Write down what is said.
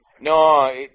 No